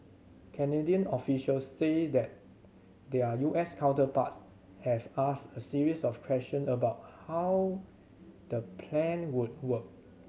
Canadian officials say that their U S counterparts have asked a series of question about how the plan would work